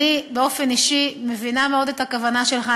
אני באופן אישי מבינה מאוד את הכוונה שלך,